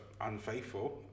unfaithful